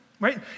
Right